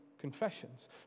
confessions